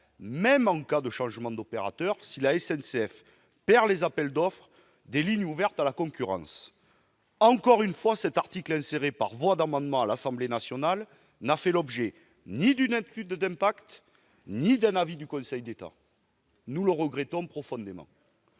même en cas de changement d'opérateur si la SNCF perd les appels d'offre pour les lignes ouvertes à la concurrence. Là encore, cet article, inséré par voie d'amendement à l'Assemblée nationale, n'a fait l'objet ni d'une étude d'impact ni d'un avis du Conseil d'État. Nous le regrettons profondément.